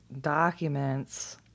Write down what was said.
documents